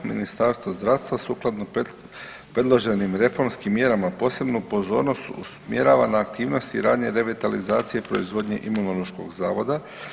Ministarstvo zdravstva sukladno predloženim reformskim mjerama posebnu pozornost usmjerava na aktivnosti i radnje revitalizacije proizvodnje Imunološkog zavoda.